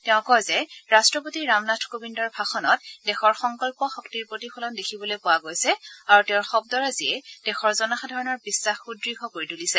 তেওঁ কয় যে ৰাট্ৰপতি ৰামনাথ কোবিন্দৰ ভাষণত দেশৰ সংকল্প শক্তিৰ প্ৰতিফলন দেখিবলৈ পোৱা গৈছে আৰু তেওঁৰ শব্দৰাজিয়ে দেশৰ জনসাধাৰণৰ বিশ্বাস সুদ্য় কৰি তুলিছে